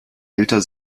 älter